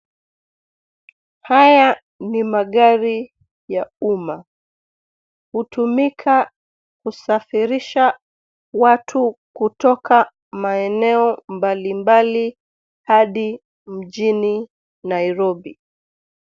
Haya ni magari ya umma. Hutumika kusafirisha watu kutoka maeneo mbalimbali hadi mjini Nairobi.